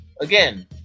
again